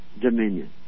dominion